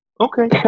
okay